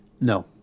No